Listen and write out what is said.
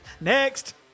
next